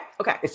okay